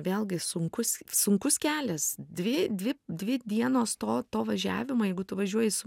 vėlgi sunkus sunkus kelias dvi dvi dvi dienos to to važiavimo jeigu tu važiuoji su